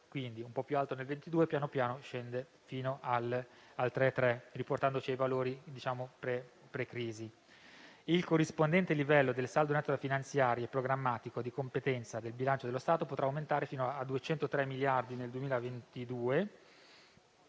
quindi un po' più alto nel 2022 e progressivamente scende fino al 3,3, riportandoci ai valori pre-crisi. Il corrispondente livello del saldo netto da finanziare programmatico di competenza del bilancio dello Stato potrà aumentare fino a 203 miliardi di euro